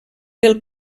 del